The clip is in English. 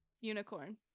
unicorn